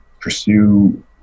pursue